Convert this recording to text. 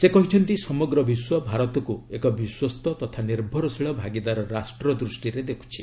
ସେ କହିଛନ୍ତି ସମଗ୍ର ବିଶ୍ୱ ଭାରତକୁ ଏକ ବିଶ୍ୱସ୍ତ ତଥା ନିର୍ଭରଶୀଳ ଭାଗିଦାର ରାଷ୍ଟ୍ର ଦୂଷ୍ଟିରେ ଦେଖୁଛି